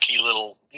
little